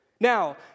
Now